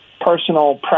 personal